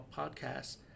Podcasts